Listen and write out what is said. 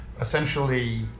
essentially